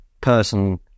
person